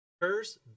curse